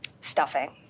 Stuffing